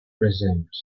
present